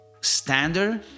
standard